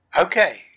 Okay